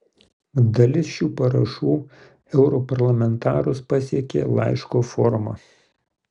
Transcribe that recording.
dalis šių parašų europarlamentarus pasiekė laiško forma